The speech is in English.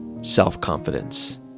self-confidence